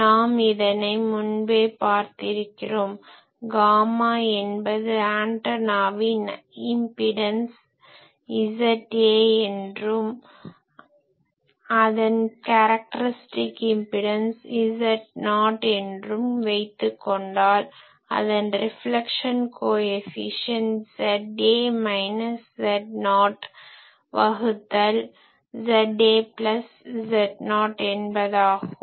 நாம் இதனை முன்பே பார்த்திருக்கிறோம் காமா என்பது ஆன்டனாவின் இம்பிடன்ஸ் ZA என்றும் அதன் கேரக்டரிஸ்டிக் இம்பிடன்ஸ் Z0 என்றும் வைத்துக்கொன்டால் அதன் reflection coefficient ZA minus Z0 வகுத்தல் ZA ப்ளஸ் Z0 என்பதாகும்